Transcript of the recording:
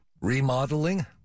Remodeling